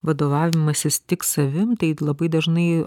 vadovavimasis tik savim tai labai dažnai